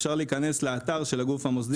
אפשר להיכנס לאתר של הגוף המוסדי.